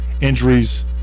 injuries